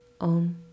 Om